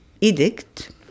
edict